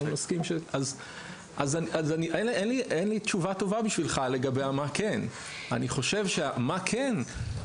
אין לי תשובה טובה בשבילך לגבי מה כן, מה כן?